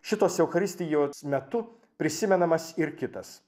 šitos eucharistijos metu prisimenamas ir kitas